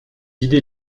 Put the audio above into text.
idées